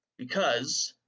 because,